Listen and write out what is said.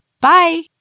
bye